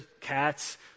cats